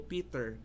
Peter